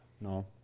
no